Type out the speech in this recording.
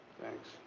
thanks